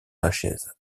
lachaise